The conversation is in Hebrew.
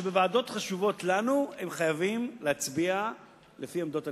שבוועדות חשובות לנו הם חייבים להצביע לפי עמדות הליכוד.